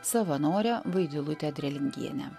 savanorę vaidilutę drilingienę